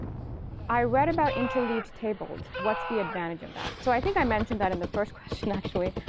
i read about interleaved tables. what's the advantage of that? so i think i mentioned that in the first question actually.